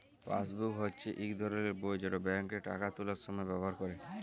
passbook হচ্যে ইক ধরলের বই যেট ব্যাংকে টাকা তুলার সময় ব্যাভার ক্যরে